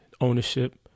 ownership